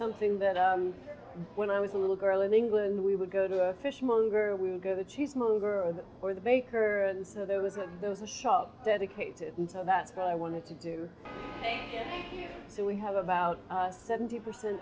something that when i was a little girl in england we would go to a fishmonger we would go the cheesemonger and or the baker and so there was a there was a shop dedicated and so that's what i wanted to do so we have about seventy percent